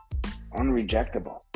unrejectable